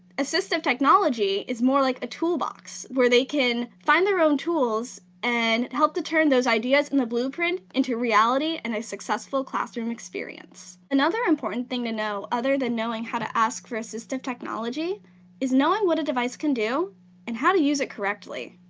assistive technology is more like a tool box where they can find their own tools and help to turn those ideas in the blueprint into reality and a successful classroom experience. another important thing to know other than knowing how to ask for assistive technology is knowing what a device can do and how to use it correctly.